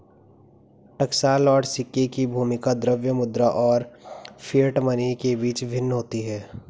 टकसाल और सिक्के की भूमिका द्रव्य मुद्रा और फिएट मनी के बीच भिन्न होती है